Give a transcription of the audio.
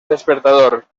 despertador